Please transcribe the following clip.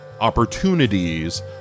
opportunities